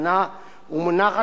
במסגרת